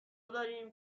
داریم